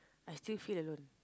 I still feel alone